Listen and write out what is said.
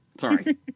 Sorry